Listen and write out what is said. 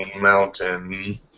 mountain